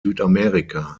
südamerika